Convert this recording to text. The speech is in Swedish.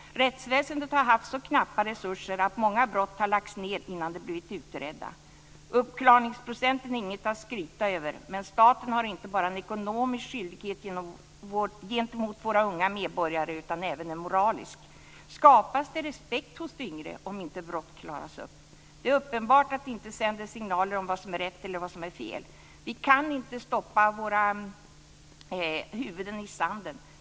Rättsväsendet har haft så knappa resurser att många brott har lagts ned innan de blivit utredda. Uppklaringsprocenten är inget att skryta över, men staten har inte bara en ekonomisk skyldighet gentemot våra unga medborgare utan även en moralisk. Skapas det respekt hos de yngre om brott inte klaras upp? Det är uppenbart att det inte sänder signaler om vad som är rätt eller vad som är fel. Vi kan inte stoppa våra huvuden i sanden.